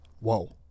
whoa